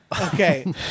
Okay